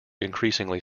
increasingly